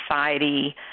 society